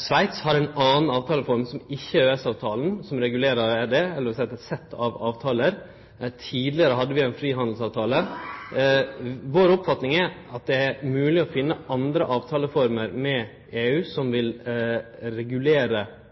Sveits har ei anna avtaleform, som ikkje er EØS-avtalen, som regulerer det – eller eit sett av avtalar. Tidlegare hadde vi ein frihandelsavtale. Oppfatninga vår er at det er mogleg å finne andre avtaleformer med EU som vil regulere